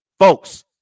Folks